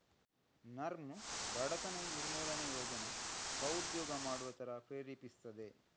ನರ್ಮ್ ಬಡತನ ನಿರ್ಮೂಲನೆ ಯೋಜನೆ ಸ್ವ ಉದ್ಯೋಗ ಮಾಡುವ ತರ ಪ್ರೇರೇಪಿಸ್ತದೆ